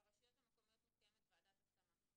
ברשויות המקומיות מתקיימת ועדת השמה.